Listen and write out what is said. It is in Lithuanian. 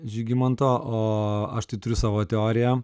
žygimanto o aš tai turiu savo teoriją